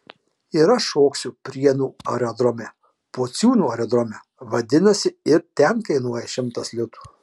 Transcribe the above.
ir aš šoksiu prienų aerodrome pociūnų aerodrome vadinasi ir ten kainuoja šimtas litų